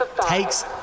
takes